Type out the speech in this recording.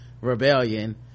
rebellion